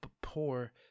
poor